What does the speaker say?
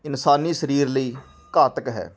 ਇਨਸਾਨੀ ਸਰੀਰ ਲਈ ਘਾਤਕ ਹੈ